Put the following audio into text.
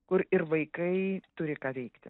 kur ir vaikai turi ką veikti